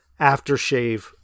aftershave